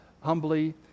humbly